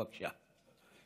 בבקשה.